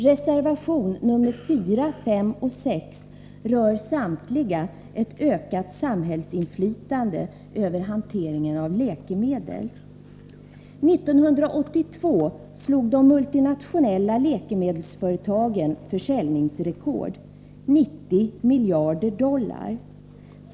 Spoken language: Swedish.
Reservationerna 4, 5 och 6 rör samtliga ett ökat samhällsinflytande över hanteringen av läkemedel. År 1982 slog de multinationella läkemedelsföretagen försäljningsrekord, 90 miljarder dollar.